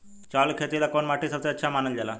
चावल के खेती ला कौन माटी सबसे अच्छा मानल जला?